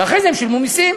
ואחרי זה הם שילמו מסים.